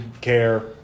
care